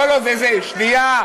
לא לא, שנייה.